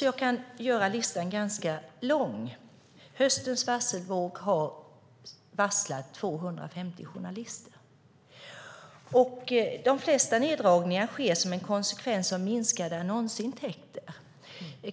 Jag kan göra listan ganska lång. Under höstens varselvåg har 250 journalister varslats, och de flesta neddragningar sker som en konsekvens av minskade annonsintäkter.